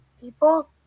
people